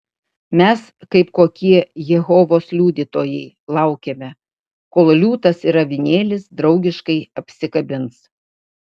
mes kaip kokie jehovos liudytojai laukiame kol liūtas ir avinėlis draugiškai apsikabins